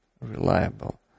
reliable